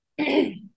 okay